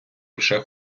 вже